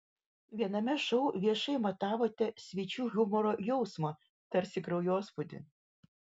viename šou viešai matavote svečių humoro jausmą tarsi kraujospūdį